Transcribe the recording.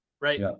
right